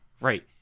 Right